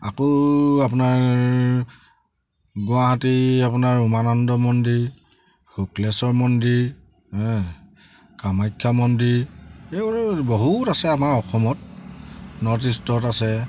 আকৌ আপোনাৰ গুৱাহাটী আপোনাৰ উমানন্দ মন্দিৰ শুক্লেশ্বৰ মন্দিৰ কামাখ্যা মন্দিৰ এইবোৰ বহুত আছে আমাৰ অসমত নৰ্থ ইষ্টত আছে